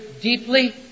deeply